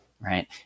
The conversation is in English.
Right